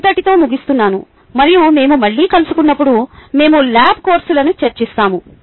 ఇంతటితో ముగిస్తున్నను మరియు మేము మళ్ళీ కలుసుకున్నప్పుడు మేము ల్యాబ్ కోర్సులను చర్చిస్తాము